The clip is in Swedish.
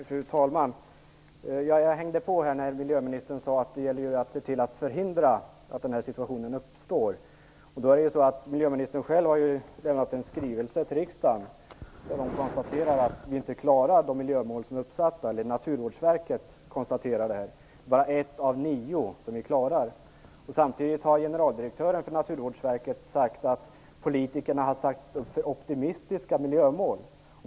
Fru talman! Jag hänger på här när miljöministern säger att det gäller att se till att förhindra att den här situationen uppstår. Miljöministern har själv lämnat en skrivelse till riksdagen där hon konstaterar att vi inte klarar de miljömål som är uppsatta. Det är Naturvårdsverket som konstaterar detta. Det är bara ett av nio som vi klarar. Samtidigt har generaldirektören för Naturvårdsverket sagt att politikerna har satt för optimistiska miljömål.